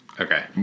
Okay